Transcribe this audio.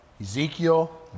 Ezekiel